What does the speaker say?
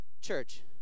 church